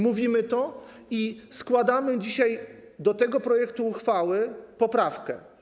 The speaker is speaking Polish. Mówimy to i składamy dzisiaj do tego projektu uchwały poprawkę.